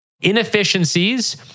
Inefficiencies